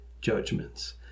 judgments